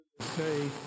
say